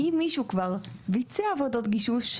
אם מישהו כבר ביצע עבודות גישוש,